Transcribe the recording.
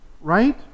Right